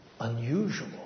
unusual